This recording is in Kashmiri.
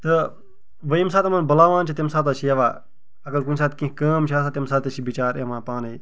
تہٕ وۄنۍ ییٚمہِ ساتہٕ یِمَن بُلاوان چھِ تَمہِ ساتہٕ حظ چھِ یِوان اَگر کُنہِ ساتہٕ کیٚنٛہہ کٲم چھِ آسان تَمہِ ساتہٕ تہِ چھِ بِچار یِوان پانٔے